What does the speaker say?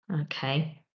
Okay